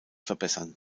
verbessern